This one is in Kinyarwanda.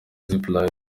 zipline